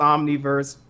Omniverse